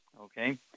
okay